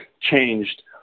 changed